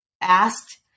asked